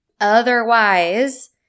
Otherwise